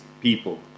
people